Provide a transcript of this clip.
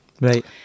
Right